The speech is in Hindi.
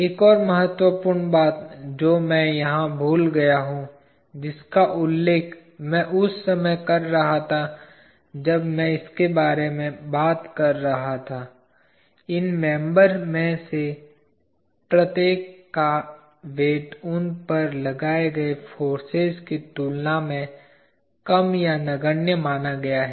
एक और महत्वपूर्ण बात जो मैं यहां भूल गया हूं जिसका उल्लेख मैं उस समय कर रहा था जब मैं इस बारे में बात कर रहा था इन मेंबर में से प्रत्येक का वेट उन पर लगाए गए फोर्सेज की तुलना में कम या नगण्य माना गया है